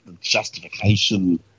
justification